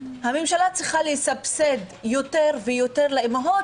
הממשלה צריכה לסבסד יותר ויותר לאימהות